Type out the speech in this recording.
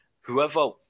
Whoever